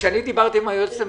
כשאני דיברתי עם היועצת המשפטית,